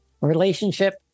relationship